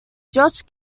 josh